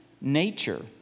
nature